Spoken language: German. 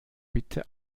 bitte